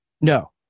No